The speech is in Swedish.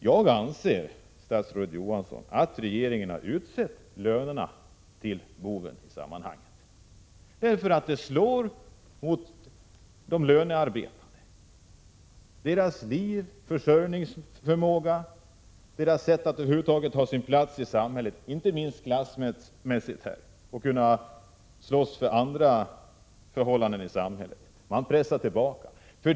Jag anser, statsrådet Johansson, att regeringen har utsett lönerna till boven i sammanhanget därför att det slår mot de lönearbetande — deras liv, försörjningsförmåga och deras sätt att inte minst klassmässigt inta sin plats i samhället och kunna slåss för andra förhållanden. Man pressar tillbaka utvecklingen här.